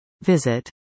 Visit